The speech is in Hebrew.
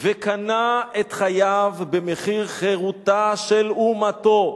וקנה את חייו במחיר חירותה של אומתו.